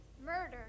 murder